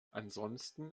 ansonsten